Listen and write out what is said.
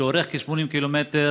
שאורך כ-80 קילומטר,